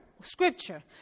scripture